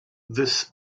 this